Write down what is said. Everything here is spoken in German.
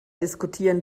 diskutieren